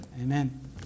Amen